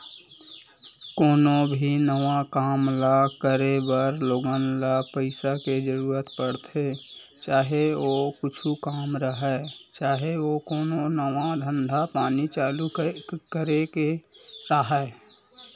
कोनो भी नवा काम ल करे बर लोगन ल पइसा के जरुरत पड़थे, चाहे ओ कुछु काम राहय, चाहे ओ कोनो नवा धंधा पानी चालू करे के राहय